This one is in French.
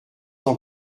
ans